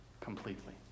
completely